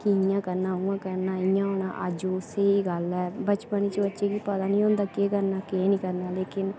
कि इ'यां करना उ'आं करना इ'यां होना अज्ज ओह् स्हेई गल्ल ऐ बचपन च ओह् बच्चे गी पता निं होंदा केह् करना केह् नेईं करना लेकिन